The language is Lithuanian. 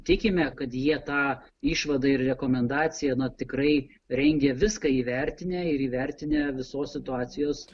tikime kad jie tą išvadą ir rekomendaciją tikrai rengia viską įvertinę ir įvertinę visos situacijos